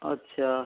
अच्छा